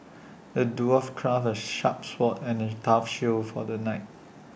the dwarf crafted A sharp sword and A tough shield for the knight